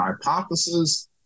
Hypothesis